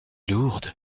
lourde